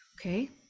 okay